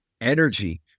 energy